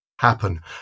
happen